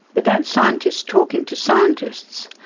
but that's scientists talking to scientists.